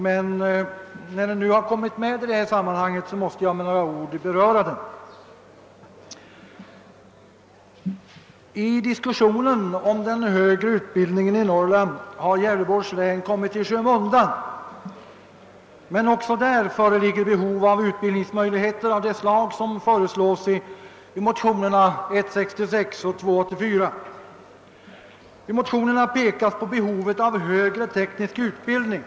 Men när den nu har tagits med i detta sammanhang måste jag med några ord beröra den. I diskussionen om den högre utbildningen i Norrland har Gävleborgs län kommit i skymundan. Också där föreligger behov av utbildningsmöjligheter av det slag som föreslås i motionerna I: 66 och II: 84. I dessa pekas på behovet av högre teknisk utbildning.